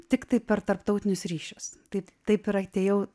tiktai per tarptautinius ryšius tai taip ir atėjau